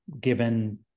given